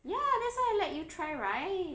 ya that's why I let you try right